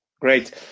great